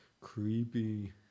creepy